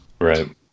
Right